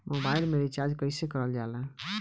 Mobile में recharge कइसे करल जाला?